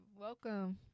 welcome